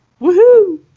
woohoo